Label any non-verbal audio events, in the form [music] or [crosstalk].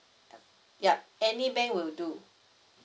[noise] yup any bank will do